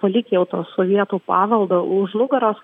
palikę jau tą sovietų paveldą už nugaros